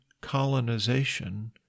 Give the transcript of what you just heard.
colonization